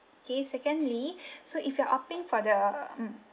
K secondly so if you're opting for the mm